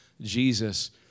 Jesus